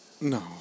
No